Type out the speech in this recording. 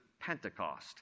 Pentecost